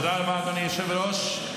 תודה רבה, אדוני היושב-ראש.